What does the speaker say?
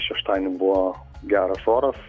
šeštadienį buvo geras oras